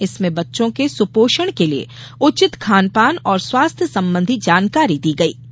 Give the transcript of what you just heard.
इसमें बच्चों के सुपोषण के लिये उचित खान पान और स्वास्थ्य संबंधी जानकारी दी गयी